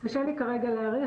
קשה לי כרגע להעריך,